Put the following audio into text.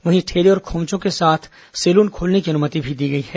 वहीं ठेले और खोचमों के साथा सेलून खोलने की अनुमति दी गई हैं